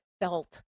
felt